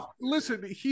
listen